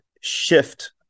shift